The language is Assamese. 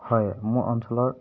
হয় মোৰ অঞ্চলৰ